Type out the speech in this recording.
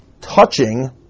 touching